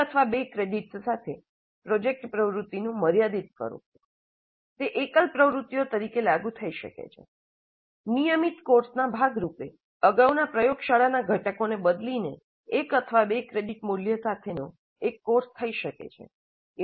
એક અથવા બે ક્રેડિટ્સ સાથે પ્રોજેક્ટ પ્રવૃત્તિનું મર્યાદિત સ્વરૂપ તે એકલ પ્રવૃત્તિઓ તરીકે લાગુ થઈ શકે છે નિયમિત કોર્સના ભાગ રૂપે અગાઉના પ્રયોગશાળાના ઘટકોને બદલીને એક અથવા બે ક્રેડિટ મૂલ્ય સાથેનો એક કોર્સ થઈ શકે છે